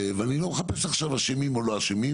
ואני לא מחפש עכשיו אשמים או לא אשמים